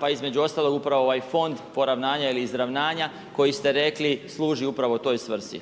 pa između ostalog upravo ovaj fond poravnanja ili izravnanja koji ste rekli služi upravo toj svrsi.